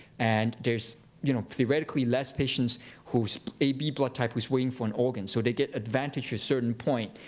and there's you know theoretically less patients who's ab blood type who's waiting for an organ, so they get advantaged to a certain point.